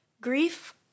grief